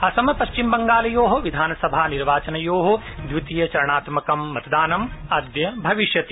असम पश्चिम बंगालयो विधानसभा निर्वाचनयो द्वितीय चरणात्मकं मतदानं अद्य भविष्यति